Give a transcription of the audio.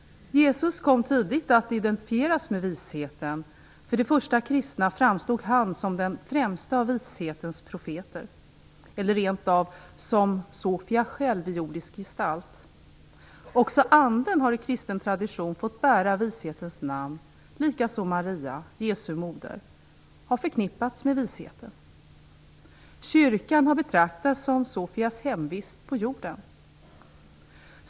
Jesus kom tidigt att identifieras med Visheten. För de första kristna framstod han som den främste av Vishetens profeter eller rentav som Sofia själv i jordisk gestalt. Också anden har i kristen tradition fått bära Vishetens namn. Likaså har Maria, Jesu moder, förknippats med vishetens namn. Kyrkan har betraktats som Sofias hemvist på jorden.